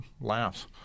laughs